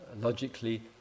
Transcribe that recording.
logically